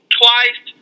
twice